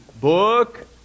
book